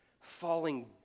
falling